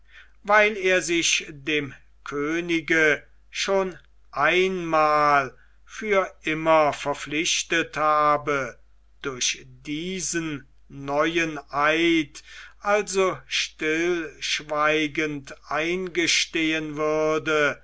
weil er sich dem könige schon einmal für immer verpflichtet habe durch diesen neuen eid also stillschweigend eingestehen würde